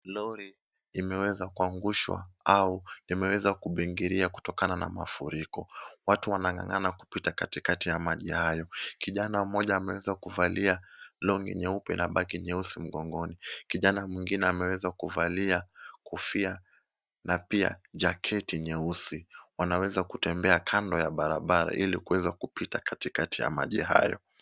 Lori imeweza kuangushwa au imeweza kubingiria kutokana na mafuriko, watu wanang'ang'ana kupita katikati ya maji hayo. Kijana mmoja ameweza kuvalia long'i nyeupe na bagi nyeusi mgongoni, kijana mwingine ameweza kuvalia kofia na pia jaketi nyeusi. Wanaweza kutembea kando ya barabara ili kuweza kupita katikati ya maji hayo.